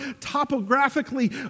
topographically